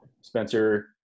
Spencer